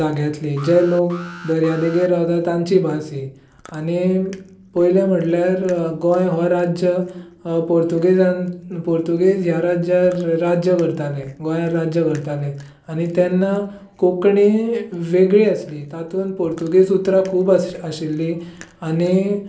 जाग्यांतली जे लोक दर्यादेगेर रावता तांची भास ही आनी पयलें म्हटल्यार गोंय हो राज्य पुर्तूगेजान पुर्तूगीज ह्या राज्यार राज्य करताले गोंय राज्य करताले आनी तेन्ना कोंकणी वेगळी आसली तातूंत पुर्तूगेज उतरां खूब आस आशिल्ली आनी